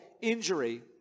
injury